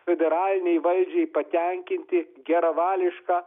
federalinei valdžiai patenkinti geravališką